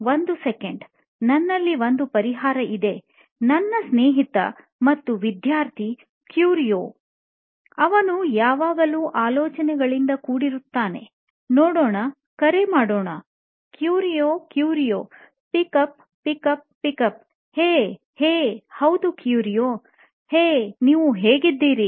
ಒಂದು ಸೆಕೆಂಡ್ ನನ್ನಲ್ಲಿ ಒಂದು ಪರಿಹಾರ ಇದೆ ನನ್ನ ಸ್ನೇಹಿತ ಮತ್ತು ವಿದ್ಯಾರ್ಥಿ ಕ್ಯೂರಿಯೊ ಅವನು ಯಾವಾಗಲೂ ಆಲೋಚನೆಗಳಿಂದ ಕೂಡಿರುತ್ತಾನೆ ನೋಡೋಣ ಕರೆ ಮಾಡೋಣ Curio Curio pick up pick up pick up hey hey ಹೌದು ಕ್ಯೂರಿಯೋ ಹೇ ನೀವು ಹೇಗಿದ್ದೀರಿ